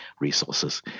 resources